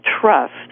trust